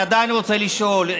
אני עדיין רוצה לשאול,